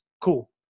Cool